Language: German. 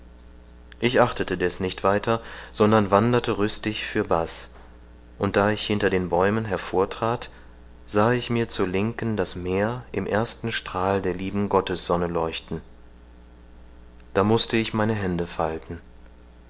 ich achtete deß nicht weiter sondern wanderte rüstig fürbaß und da ich hinter den bäumen hervortrat sahe ich mir zur linken das meer im ersten sonnenstrahl entbrennen der im osten über die heide emporstieg da mußte ich meine hände falten